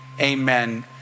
Amen